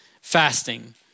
fasting